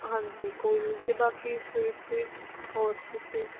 ਹਾਂਜੀ ਕੋਈ ਨਹੀਂ ਅਤੇ ਬਾਕੀ ਸਵੀਟ ਸਵੀਟ 'ਚ ਹੋਰ ਤੁਸੀਂ